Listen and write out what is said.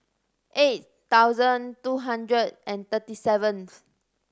eight thousand two hundred and thirty seventh